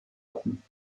hatten